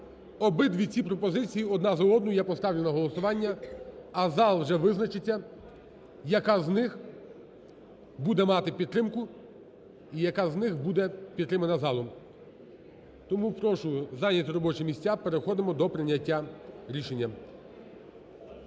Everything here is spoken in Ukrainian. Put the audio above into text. Обидві ці пропозиції одна за одною я поставлю на голосування, а зал вже визначиться, яка з них буде мати підтримку і яка з них буде підтримана залом. Тому прошу зайняти робочі місця, переходимо до прийняття рішення.